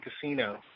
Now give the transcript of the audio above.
casino